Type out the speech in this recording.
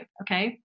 okay